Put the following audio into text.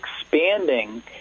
expanding